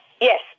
yes